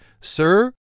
sir